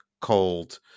cold